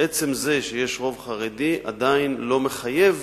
עצם זה שיש רוב חרדי עדיין לא מחייב